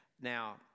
now